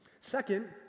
Second